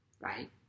right